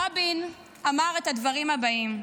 רבין אמר את הדברים הבאים: